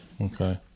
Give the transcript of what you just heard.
Okay